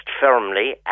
firmly